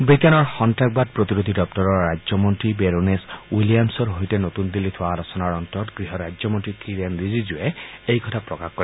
ৱিটেইনৰ সন্তাসবাদ প্ৰতিৰোধী দপ্তৰৰ ৰাজ্যমন্ত্ৰী বেৰোনেচ উইলিয়ামছৰ সৈতে নতুন দিল্লীত হোৱা আলোচনাৰ অন্তত গৃহ ৰাজ্য মন্ত্ৰী কিৰেণ ৰিজিজুৱে এই কথা প্ৰকাশ কৰে